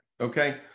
Okay